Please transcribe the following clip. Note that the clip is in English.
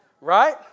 Right